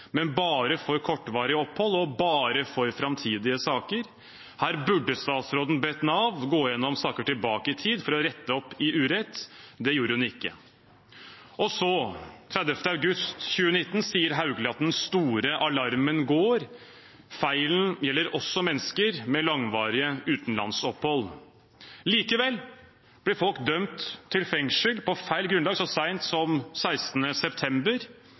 men bare for kortvarige opphold og bare for framtidige saker. Her burde statsråden bedt Nav gå igjennom saker tilbake i tid for å rette opp i urett. Det gjorde hun ikke. Og så, den 30. august 2019, sier statsråd Hauglie at den store alarmen går – feilen gjelder også mennesker med langvarige utenlandsopphold. Likevel blir folk dømt til fengsel på feil grunnlag så sent som 16. september,